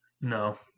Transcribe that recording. No